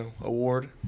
award